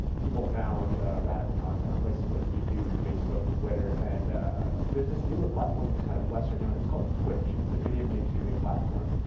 people found radical content on places like youtube and facebook and twitter. and there's this newer platform that's kindof kind of lesser known. it's called twitch and it's a video gamestreaming platform.